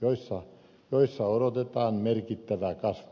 joilla odotetaan merkittävää kasvua